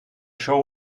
show